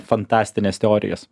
fantastines teorijas